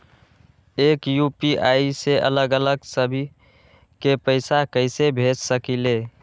एक यू.पी.आई से अलग अलग सभी के पैसा कईसे भेज सकीले?